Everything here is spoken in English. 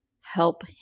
help